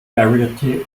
variety